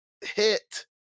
hit